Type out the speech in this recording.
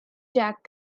jack